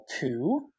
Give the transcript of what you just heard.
Two